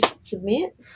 submit